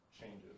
changes